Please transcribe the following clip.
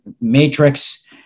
matrix